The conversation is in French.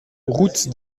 route